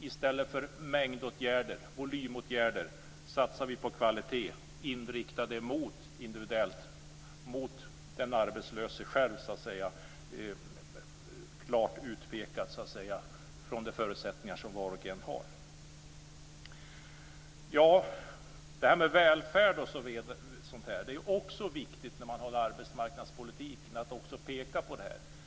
I stället för mängdåtgärder och volymåtgärder satsar vi på kvalitet riktad individuellt mot den arbetslöse själv utifrån de förutsättningar som var och en har. Det är viktigt inom arbetsmarknadspolitiken att också peka på välfärden.